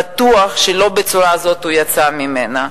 בטוח שלא בצורה הזאת הוא יצא ממנה.